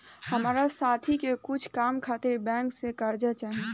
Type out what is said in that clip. हमार साथी के कुछ काम खातिर बैंक से कर्जा चाही